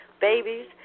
babies